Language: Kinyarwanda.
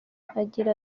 agira